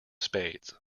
spades